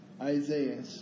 Isaiah